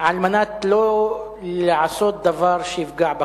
על מנת לא לעשות דבר שיפגע בקונסנזוס.